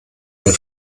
der